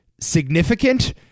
significant